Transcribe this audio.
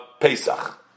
Pesach